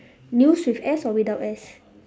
news with S or without S